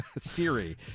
Siri